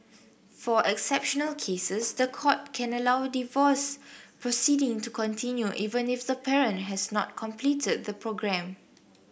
for exceptional cases the court can allow divorce proceedings to continue even if the parent has not completed the programme